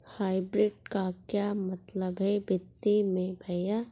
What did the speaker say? Hybrid का क्या मतलब है वित्तीय में भैया?